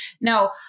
Now